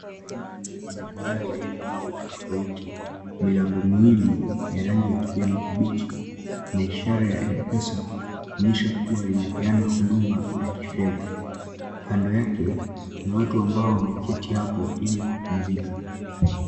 Duka hili lina bidhaa za aina tofauti tofauti. Milango miwili ya rangi ya kijani kibichi ina ishara ya M-Pesa, kuonyesha kuwa linapeana hudua la kifedha. Kando yake kuna watu ambao wameketi hapo ili kupumzika.